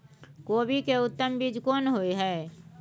कोबी के उत्तम बीज कोन होय है?